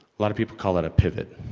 lot of people call that a pivot.